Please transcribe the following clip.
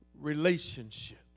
relationship